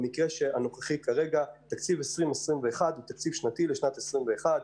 במקרה הנוכחי התקציב הוא לשנת 2021 ,